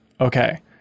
okay